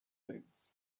things